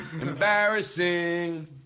Embarrassing